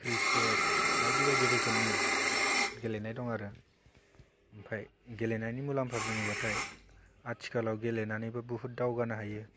cricket बायदि बायदि रोखोमनि गेलेनाय दं आरो ओमफ्राय गेलेनायनि मुलाम्फा बुङोबाथाय आथिखालाव गेलेनानैबो बुहुथ दावगानो हायो